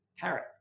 carrot